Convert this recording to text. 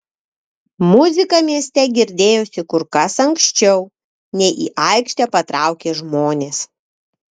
muzika mieste girdėjosi kur kas anksčiau nei į aikštę patraukė žmonės